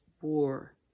war